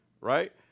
Right